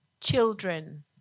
Children